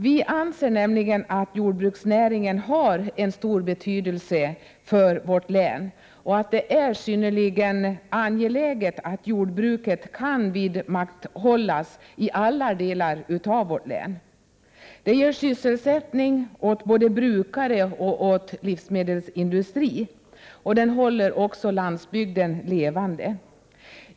Vi anser att jordbruksnäringen har stor betydelse för vårt län och att det är synnerligen angeläget att jordbruket kan vidmakthållas i alla delar av vårt län. Det ger sysselsättning åt både brukare och anställda inom livsmedelsindustrin, och den håller också landsbygden levande.